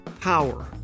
Power